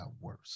worse